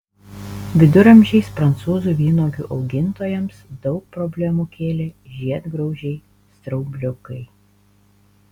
viduramžiais prancūzų vynuogių augintojams daug problemų kėlė žiedgraužiai straubliukai